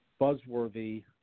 buzzworthy